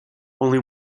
only